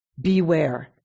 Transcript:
Beware